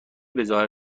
بهظاهر